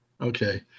okay